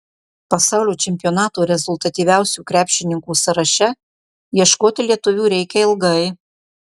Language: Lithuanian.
pasaulio čempionato rezultatyviausių krepšininkų sąraše ieškoti lietuvių reikia ilgai